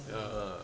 ya